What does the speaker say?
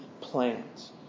plans